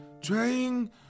Trying